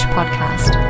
Podcast